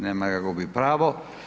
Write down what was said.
Nema ga, gubi pravo.